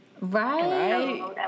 Right